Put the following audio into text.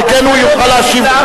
שכן הוא יוכל להשיב לך.